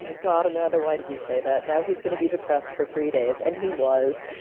and god, amanda, why did you say that? now, he's gonna be depressed for three days, and he was,